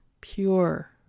pure